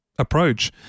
Approach